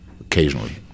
occasionally